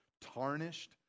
tarnished